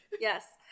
Yes